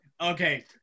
Okay